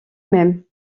même